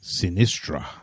sinistra